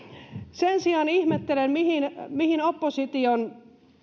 sen sijaan ihmettelen mihin mihin opposition